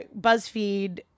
BuzzFeed